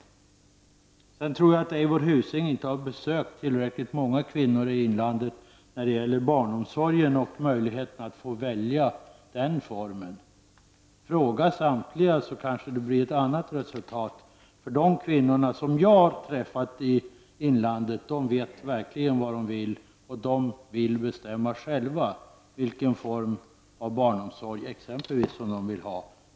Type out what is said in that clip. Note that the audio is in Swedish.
Sedan tror jag att Eivor Husing inte har besökt tillräckligt många kvinnor i inlandet för att studera barnomsorgen och möjligheten att få välja den formen. Fråga samtliga så kanske det blir ett annat resultat. De kvinnor jag har träffat i inlandet vet verkligen vad de vill, och de vill bestämma själva vilken form av t.ex. barnomsorg de skall ha.